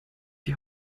die